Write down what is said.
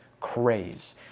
craze